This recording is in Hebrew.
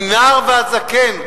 מנער ועד זקן,